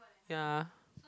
ya